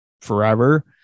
forever